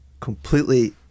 completely